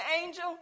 angel